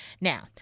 Now